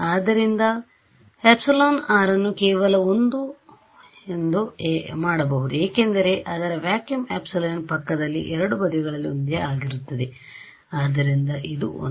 ಆದ್ದರಿಂದ ಈ εr ಅನ್ನು ಕೇವಲ 1 ಮಾಡಬಹುದು ಏಕೆಂದರೆ ಅದರ vacuum epsilon ಪಕ್ಕದಲ್ಲಿ ಎರಡೂ ಬದಿಗಳಲ್ಲಿ ಒಂದೇ ಆಗಿರುತ್ತದೆ ಆದ್ದರಿಂದ ಇದು 1